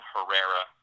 Herrera